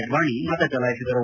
ಅಡ್ಡಾಣಿ ಮತ ಚಲಾಯಿಸಿದರು